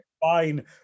Fine